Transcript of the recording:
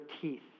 teeth